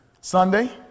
Sunday